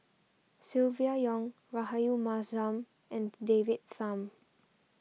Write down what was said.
Silvia Yong Rahayu Mahzam and David Tham